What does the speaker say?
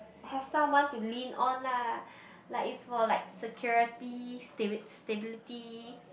have someone to lean on lah like is for like security stable stability